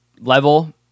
level